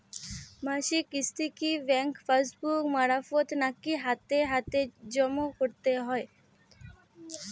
মাসিক কিস্তি কি ব্যাংক পাসবুক মারফত নাকি হাতে হাতেজম করতে হয়?